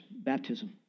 Baptism